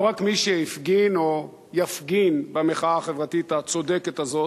לא רק מי שהפגין או יפגין במחאה החברתית הצודקת הזאת,